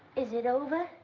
is it over?